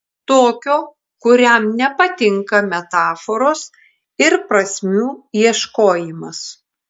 tokio kuriam nepatinka metaforos ir prasmių ieškojimas